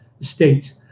States